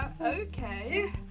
Okay